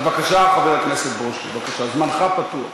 אז בבקשה, חבר הכנסת ברושי, זמנך פתוח,